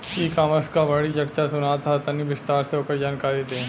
ई कॉमर्स क बड़ी चर्चा सुनात ह तनि विस्तार से ओकर जानकारी दी?